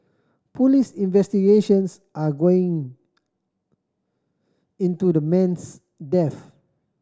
police investigations are going into the man's death